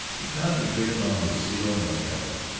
he concentrated on lucille mckelvey,